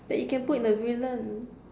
that you can put in the villain